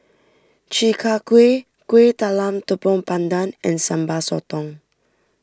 Chi Kak Kuih Kueh Talam Tepong Pandan and Sambal Sotong